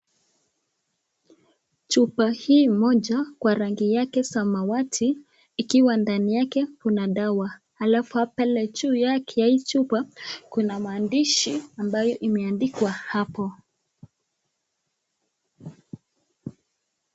Chupa hii moja kwa rangi yake samawati ikiwa ndani yake kuna dawa. alafu pale juu yake hii chupa kuna maandishi ambayo imeandikwa hapo.